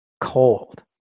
cold